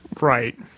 Right